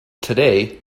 today